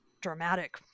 dramatic